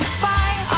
fight